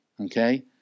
Okay